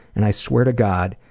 and i swear to god,